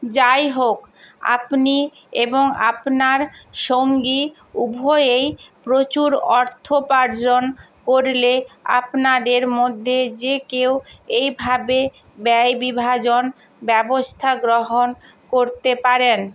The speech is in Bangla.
যাই হোক আপনি এবং আপনার সঙ্গী উভয়েই প্রচুর অর্থোপার্জন করলে আপনাদের মধ্যে যে কেউ এইভাবে ব্যয় বিভাজন ব্যবস্থা গ্রহণ করতে পারেন